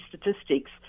statistics